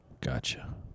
Gotcha